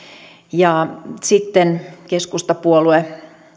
ja sitten keskustapuolue